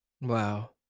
Wow